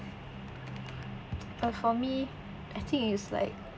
but for me I think is like